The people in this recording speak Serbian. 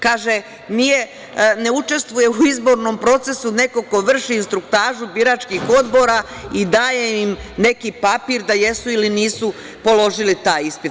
Kaže – ne učestvuje u izbornom procesu neko ko vrši instruktažu biračkih odbora i daje im neki papir da jesu ili nisu položili taj ispit.